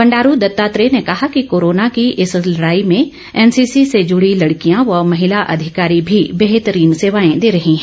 बंडारू दत्तात्रेय ने कहा कि कोरोना की इस लड़ाई में एनसीसी से जुड़ी लड़कियां व महिला अधिकारी भी बेहतरीन सेवाएं दे रही हैं